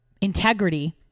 integrity